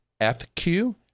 FQ